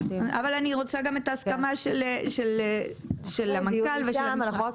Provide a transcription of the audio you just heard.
אני רוצה את ההסכמה של המנכ"ל, ושל המשרד.